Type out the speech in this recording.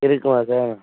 இருக்குமா சார்